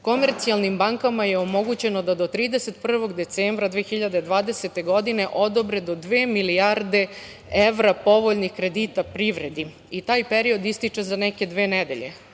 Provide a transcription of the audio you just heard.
komercijalnim bankama omogućeno da do 31. decembra 2020. godine odobre do dve milijarde evra povoljnih kredita privredi, i taj period ističe za neke dve nedelje.